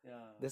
ya